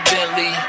Bentley